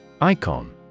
Icon